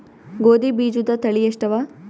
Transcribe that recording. ಗೋಧಿ ಬೀಜುದ ತಳಿ ಎಷ್ಟವ?